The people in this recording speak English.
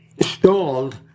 stalled